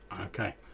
Okay